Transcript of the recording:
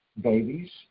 babies